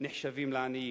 נחשבים לעניים.